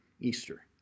Easter